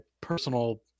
personal